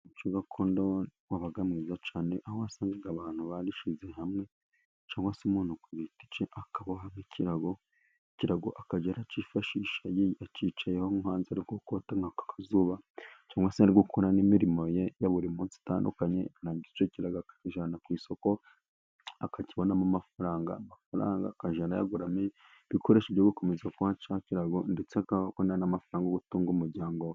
Umuco gakondo wabaga mwiza cyane, aho wasangaga abantu barishyize hamwe ,cyangwa se umuntu ku giti ke akaboha nk'ikirago, ikirago akajya arakifashisha akicayeho mu hanze ari nko kota akazuba, cyangwa se ari gukora n'imirimo ye ya buri munsi itandukanye, cyangwa icyo kirago akakijyana ku isoko akakibonamo amafaranga, amafaranga akajya ayaguramo ibikoresho byo gukomeza kuboha cya kirago, ndetse akababona n'amafaranga yo gutunga umuryango we.